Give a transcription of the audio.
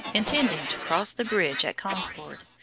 intending to cross the bridge at concord.